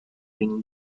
been